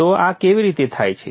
તો આ કેવી રીતે થાય છે